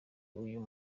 uyu